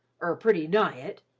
er pretty nigh it!